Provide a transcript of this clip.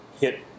hit